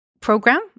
program